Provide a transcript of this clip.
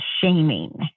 shaming